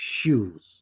shoes